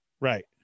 Right